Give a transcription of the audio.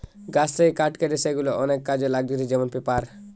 গাছ থেকে কাঠ কেটে সেগুলা অনেক কাজে লাগতিছে যেমন পেপার